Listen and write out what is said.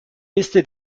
liste